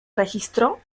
registró